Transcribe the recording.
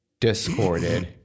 Discorded